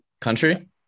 country